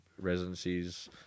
residencies